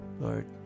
Lord